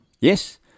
Yes